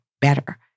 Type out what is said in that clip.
better